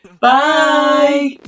Bye